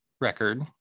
record